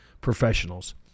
professionals